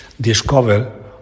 discover